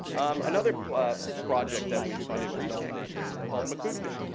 um another project that we funded recently is called mukurtu.